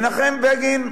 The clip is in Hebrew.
מנחם בגין,